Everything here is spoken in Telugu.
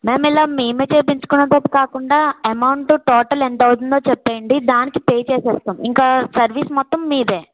మ్యామ్ ఇలా మేమే చేయించుకునేట్టు కాకుండా అమౌంటు టోటల్ ఎంతవుతుందో చెప్పేయండి దానికి పే చేసేస్తాము ఇంకా సర్వీస్ మొత్తం మీదే